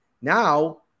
now